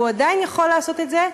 והוא עדיין יכול לעשות את זה,